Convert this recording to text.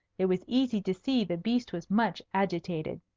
it was easy to see the beast was much agitated.